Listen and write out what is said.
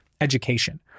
Education